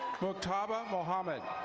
potaba mohammad.